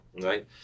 Right